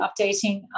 updating